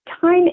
time